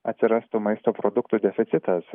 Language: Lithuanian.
atsirastų maisto produktų deficitas